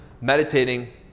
meditating